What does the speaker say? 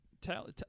tell